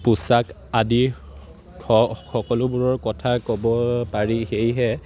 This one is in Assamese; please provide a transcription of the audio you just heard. পোচাক আদি সকলোবোৰৰ কথা ক'ব পাৰি সেয়েহে